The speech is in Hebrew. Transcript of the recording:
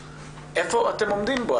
איפה אתם עומדים בו?